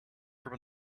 from